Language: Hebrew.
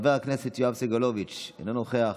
חבר הכנסת יואב סגלוביץ' אינו נוכח,